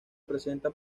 presenta